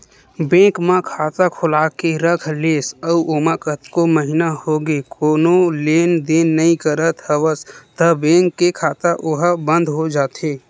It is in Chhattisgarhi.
बेंक म खाता खोलाके के रख लेस अउ ओमा कतको महिना होगे कोनो लेन देन नइ करत हवस त बेंक के खाता ओहा बंद हो जाथे